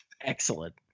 Excellent